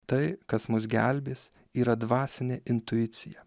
tai kas mus gelbės yra dvasinė intuicija